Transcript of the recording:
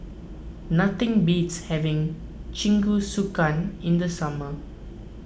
nothing beats having Jingisukan in the summer